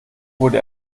wurde